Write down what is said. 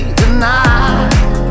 tonight